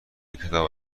کتاب